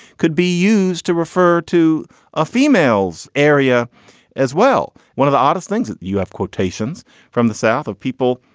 could be used to refer to a female's area as well. one of the oddest things that you have quotations from the south of people,